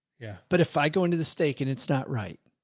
yeah. but if i go into the state can, it's not right.